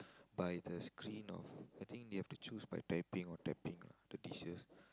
by the screen of I think they have choose by typing or tapping lah the dishes